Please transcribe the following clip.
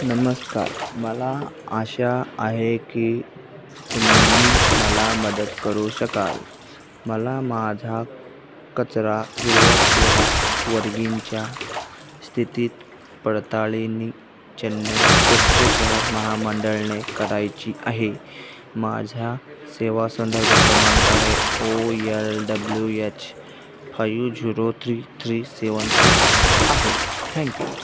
नमस्कार मला आशा आहे की तुम्ही मला मदत करू शकाल मला माझा कचरा विल्हेवाट सेवा वर्गींच्या स्थितीत पडताळणी चेन्नई स्वच्छ शहर महामंडळाने करायची आहे माझ्या सेवा संदर्भ क्रमांक आहे O L W H five zero three three seven six आहे थँक्यू